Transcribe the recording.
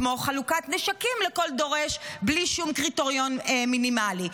כמו חלוקת נשקים לכל דורש בלי שום קריטריון מינימלי.